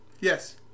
Yes